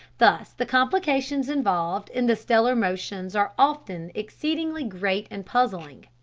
thus the complications involved in the stellar motions are often exceedingly great and puzzling.